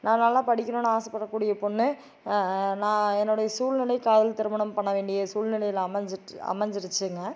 நான் நல்லா படிக்கணுன்னு ஆசைப்படக்கூடிய பொண்ணு நான் என்னுடைய சூழ்நிலை காதல் திருமணம் பண்ண வேண்டிய சூழ்நிலையில அமைஞ்சிட்டு அமைஞ்சிரிச்சிங்க